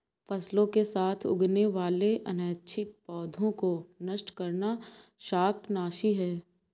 फसलों के साथ उगने वाले अनैच्छिक पौधों को नष्ट करना शाकनाशी है